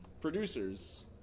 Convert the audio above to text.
producers